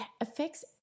affects